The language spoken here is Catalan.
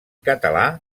català